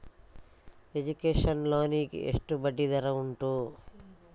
Education loan ಗೆ ಎಷ್ಟು ಬಡ್ಡಿ ದರ ಉಂಟು?